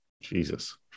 Jesus